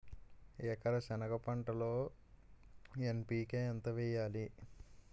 ఎకర సెనగ పంటలో ఎన్.పి.కె ఎంత వేయాలి?